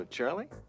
Charlie